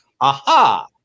Aha